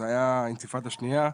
זה היה האינתיפאדה השנייה,